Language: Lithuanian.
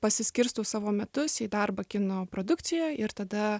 pasiskirstau savo metus į darbą kino produkcijoj ir tada